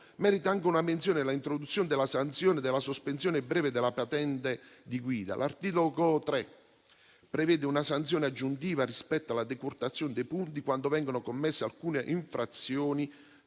merita anche una menzione l'introduzione della sanzione della sospensione breve della patente di guida. L'articolo 3 prevede una sanzione aggiuntiva rispetto alla decurtazione dei punti quando vengono commesse alcune infrazioni,